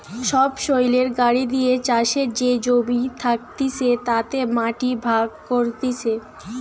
সবসৈলের গাড়ি দিয়ে চাষের যে জমি থাকতিছে তাতে মাটি ভাগ করতিছে